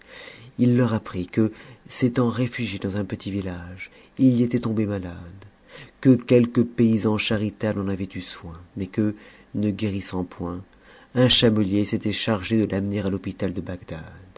ït leur apprit que s'étant réfugié dans un petit village il y était tombé malade que quelques paysans charitables en avaient eu soin mais que ne guérissant point un chamelier s'était chargé de t mener à l'hôpital de